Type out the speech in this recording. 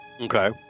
okay